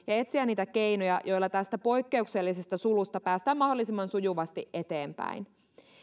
ja etsiä niitä keinoja joilla tästä poikkeuksellisesta sulusta päästään mahdollisimman sujuvasti eteenpäin